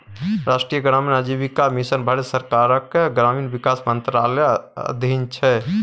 राष्ट्रीय ग्रामीण आजीविका मिशन भारत सरकारक ग्रामीण विकास मंत्रालयक अधीन छै